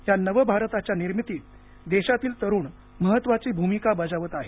या नव भारताच्या निर्मित्तीत देशातील तरुण महत्वाची भूमिका बजावत आहेत